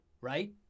Right